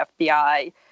FBI